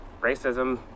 racism